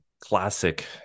classic